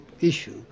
issue